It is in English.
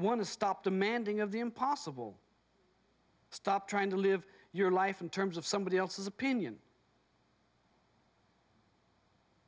to stop demanding of the impossible stop trying to live your life in terms of somebody else's opinion